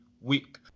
week